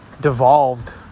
devolved